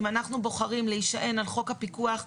אם אנחנו בוחרים להישען על חוק הפיקוח,